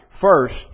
first